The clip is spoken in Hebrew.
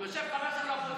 עכשיו קראו לכל ה-32,